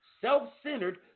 self-centered